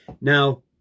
now